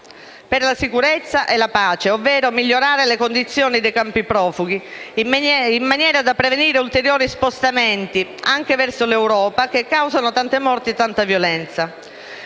per la sicurezza e la pace, ovvero migliorare le condizioni dei campi profughi, in maniera da prevenire ulteriori spostamenti, anche verso l'Europa, che causano tante morti e tanta violenza.